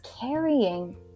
carrying